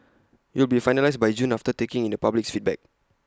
IT will be finalised by June after taking in the public's feedback